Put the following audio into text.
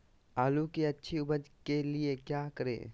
आलू की अच्छी उपज के लिए क्या करें?